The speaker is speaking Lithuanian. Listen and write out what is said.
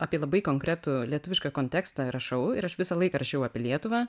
apie labai konkretų lietuvišką kontekstą rašau ir aš visą laiką rašiau apie lietuvą